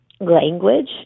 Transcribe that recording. language